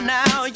now